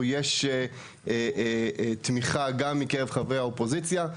יש תמיכה גם מקרב חברי האופוזיציה,